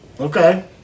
Okay